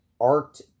Art